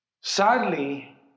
Sadly